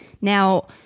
Now